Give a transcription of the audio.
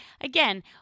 Again